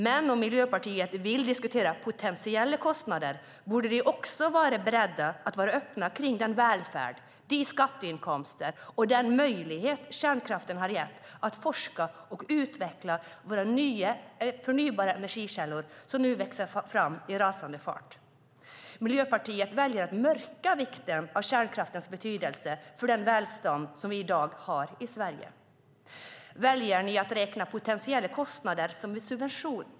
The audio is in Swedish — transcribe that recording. Men om Miljöpartiet vill diskutera potentiella kostnader borde de också vara beredda att vara öppna kring den välfärd, de skatteinkomster och den möjlighet att forska och utveckla nya förnybara energikällor, som nu växer fram i rasande fart, som kärnkraften har gett. Miljöpartiet väljer att mörka kärnkraftens betydelse för det välstånd som vi i dag har i Sverige. Väljer ni att räkna potentiella kostnader som en subvention?